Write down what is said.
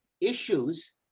issues